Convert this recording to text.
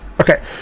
okay